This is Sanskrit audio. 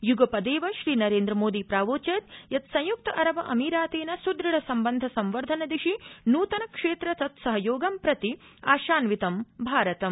यूगपदेव श्रीनरेन्द्रमोदी प्रावोचतु संयुक्त अरब अमीरातेन सुदृढ़ सम्बन्ध संवर्धनदिशि नूतन क्षेत्रेषु तत्सहयोगं प्रति आशान्वितं भारतम्